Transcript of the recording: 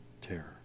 Terror